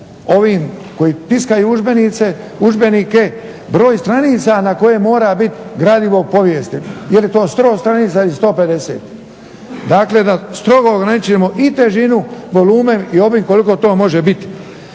ovim koji tiskaju udžbenike broj stranica na koje mora biti gradivo povijesti jer je to 100 stranica ili 150. Dakle, da strogo ograničimo i težinu, volumen i obim koliko to može biti.